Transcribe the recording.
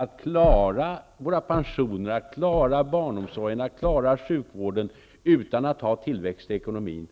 Att klara våra pensioner, att klara barnomsorgen, att klara sjukvården och att klara jämställdheten utan att ha tillväxt i ekonomin